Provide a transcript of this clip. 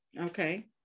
Okay